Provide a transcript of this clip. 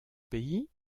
pays